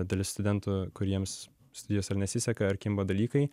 dalis studentų kuriems studijose ar nesiseka ar kimba dalykai